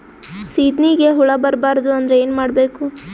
ಸೀತ್ನಿಗೆ ಹುಳ ಬರ್ಬಾರ್ದು ಅಂದ್ರ ಏನ್ ಮಾಡಬೇಕು?